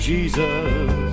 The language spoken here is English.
Jesus